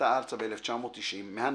עלתה ארצה ב-1990, מהנדסת,